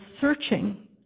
searching